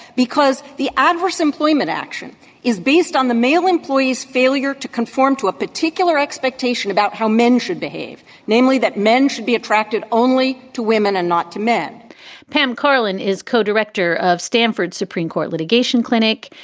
because the adverse employment action is based on the male employees failure to conform to a particular expectation about how men should behave. namely, that men should be attracted only to women and not to men pam karlan is co-director of stanford supreme court litigation clinic.